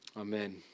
Amen